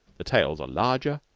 the tales are larger,